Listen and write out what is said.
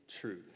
truth